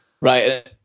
right